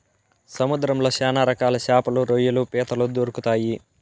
సముద్రంలో శ్యాన రకాల శాపలు, రొయ్యలు, పీతలు దొరుకుతాయి